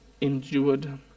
endured